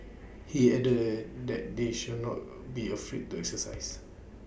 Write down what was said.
he added that that they should not be afraid to exercise